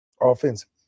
offensive